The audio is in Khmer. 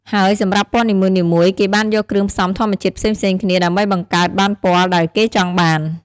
ហើយសម្រាប់ពណ៌នីមួយៗ គេបានយកគ្រឿងផ្សំធម្មជាតិផ្សេងៗគ្នា ដើម្បីបង្កើតបានពណ៌ដែលគេចង់បាន ។